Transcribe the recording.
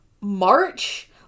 March